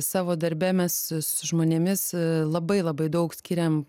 savo darbe mes su žmonėmis labai labai daug skiriam